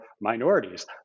minorities